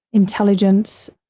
intelligence,